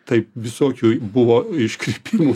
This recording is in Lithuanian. taip visokių buvo iškrypimų